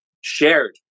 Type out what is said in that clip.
shared